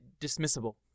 dismissible